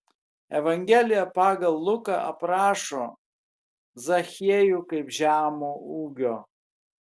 evangelija pagal luką aprašo zachiejų kaip žemo ūgio